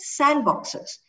sandboxes